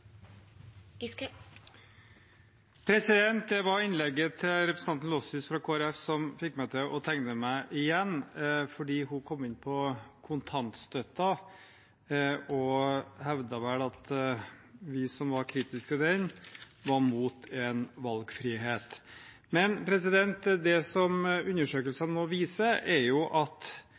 Det var innlegget fra representanten Lossius fra Kristelig Folkeparti som fikk meg til å tegne meg igjen. Hun kom inn på kontantstøtten og hevdet vel at vi som var kritiske til den, var imot en valgfrihet. Men det som undersøkelser nå viser, er at